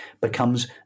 becomes